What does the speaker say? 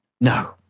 No